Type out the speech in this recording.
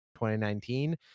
2019